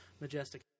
majestic